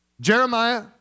Jeremiah